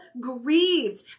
grieved